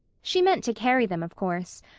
she meant to carry them, of course,